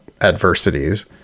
adversities